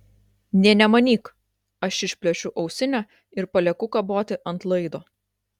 nė nemanyk aš išplėšiu ausinę ir palieku kaboti ant laido